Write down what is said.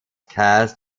cast